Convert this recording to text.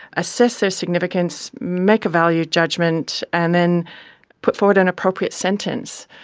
assess their significance, make a value judgement and then put forward an appropriate sentence.